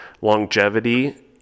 longevity